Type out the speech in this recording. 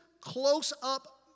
close-up